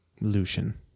Lucian